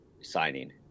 signing